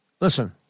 listen